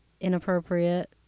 inappropriate